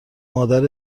مادر